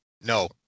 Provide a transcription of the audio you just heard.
No